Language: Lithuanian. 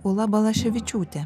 ūla balaševičiūtė